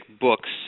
books